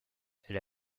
elle